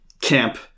camp